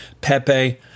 pepe